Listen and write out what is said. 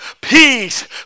peace